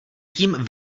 tím